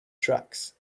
tracks